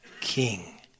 king